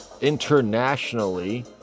internationally